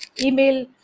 email